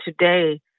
today